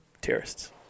Terrorists